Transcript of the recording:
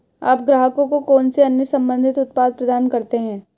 आप ग्राहकों को कौन से अन्य संबंधित उत्पाद प्रदान करते हैं?